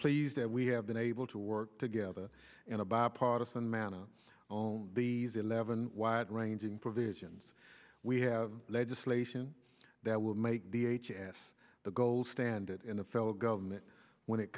pleased that we have been able to work together in a bipartisan manner on these eleven wide ranging provisions we have legislation that will make the h s the gold standard in a fellow government when it